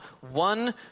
one